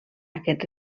aquest